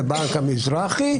בבנק המזרחי,